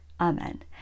Amen